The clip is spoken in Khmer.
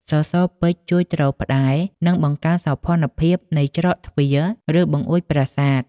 សសរពេជ្រជួយទ្រផ្តែរ និងបង្កើនសោភ័ណភាពនៃច្រកទ្វារ ឬបង្អួចប្រាសាទ។